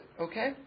okay